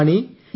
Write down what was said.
മണി E